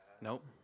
Nope